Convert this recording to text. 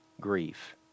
Grief